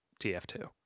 TF2